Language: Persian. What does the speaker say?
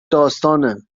داستانه